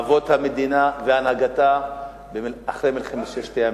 אבות המדינה והנהגתה אחרי מלחמת ששת הימים.